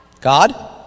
God